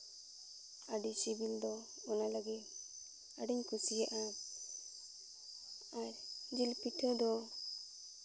ᱟᱹᱰᱤ ᱥᱤᱵᱤᱞ ᱫᱚ ᱚᱱᱟ ᱞᱟᱹᱜᱤᱫ ᱟᱹᱰᱤᱧ ᱠᱩᱥᱤᱭᱟᱜᱼᱟ ᱟᱨ ᱡᱤᱞ ᱯᱤᱴᱷᱟᱹ ᱫᱚ